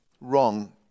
Wrong